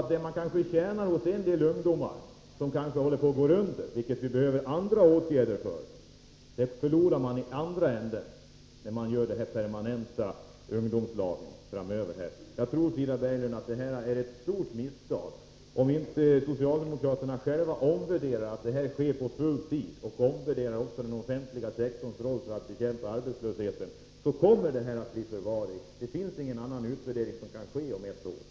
Det som man kanske tjänar när det gäller en del ungdomar, som kanske håller på att gå under — och för vilka det krävs andra åtgärder — det förlorar man i den andra änden när man permanentar ungdomslagen. Detta är ett stort misstag, Frida Berglund, och om inte socialdemokraterna själva gör om förslaget, så att det gäller full tid, och omvärderar även den offentliga sektorns roll för att bekämpa arbetslösheten, så kommer det att bli förvaring — något annat resultat kan det inte bli av en utvärdering som skall ske om ett år.